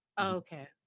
Okay